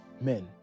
men